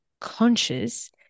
conscious